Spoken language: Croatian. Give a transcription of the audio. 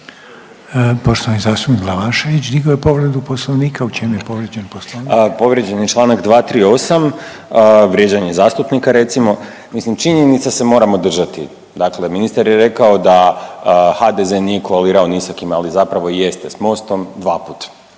Poštovani zastupnik Glavašević digao je povredu Poslovnika. U čem je povrijeđen Poslovnik? **Glavašević, Bojan (Nezavisni)** Povrijeđen je Članak 238., vrijeđanje zastupnika recimo. Mislim činjenica se moramo držati. Dakle, ministar je rekao da HDZ nije koalirao ni sa kim, ali zapravo jeste s MOST-om dva put.